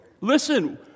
listen